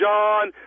John